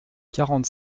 quarante